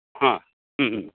हां